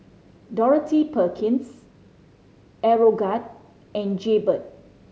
Dorothy Perkins Aeroguard and Jaybird